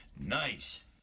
Nice